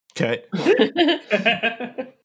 Okay